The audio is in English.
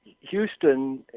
Houston